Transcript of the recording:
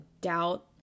doubt